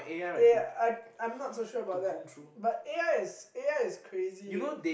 yeah I I I'm not so sure about that but A_I is A_I is crazy !yo!